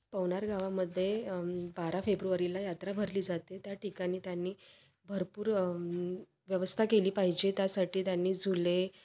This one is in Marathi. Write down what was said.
पवनार गावामध्ये बारा फेब्रुवारीला यात्रा भरली जाते त्या ठिकाणी त्यांनी भरपूर व्यवस्था केली पाहिजे त्यासाठी त्यांनी झुले